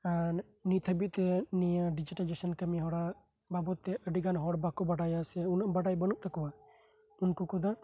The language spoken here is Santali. ᱟᱨ ᱱᱤᱛ ᱦᱟᱹᱵᱤᱡ ᱛᱮ ᱱᱤᱭᱟᱹ ᱰᱤᱡᱤᱴᱮᱞᱟᱭᱡᱮᱥᱚᱱ ᱠᱟᱹᱢᱤ ᱵᱟᱵᱚᱛ ᱛᱮ ᱟᱹᱰᱤ ᱜᱟᱱ ᱦᱚᱲ ᱵᱟᱠᱚ ᱵᱟᱰᱟᱭᱟ ᱥᱮ ᱵᱟᱰᱟᱭ ᱵᱟᱹᱱᱩᱜ ᱛᱟᱠᱚᱣᱟ ᱩᱱᱠᱩ ᱠᱚᱫᱚ